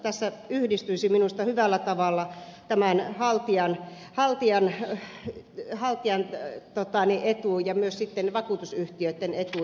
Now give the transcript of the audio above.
tässä yhdistyisi minusta hyvällä tavalla tämän haltijan etu ja myös sitten vakuutusyhtiöitten etu